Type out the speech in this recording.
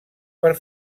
per